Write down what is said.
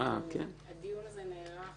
הדיון הזה נערך